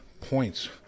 points